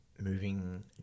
moving